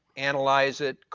analyze it,